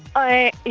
i